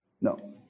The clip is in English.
no